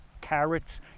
carrots